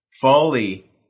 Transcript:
Folly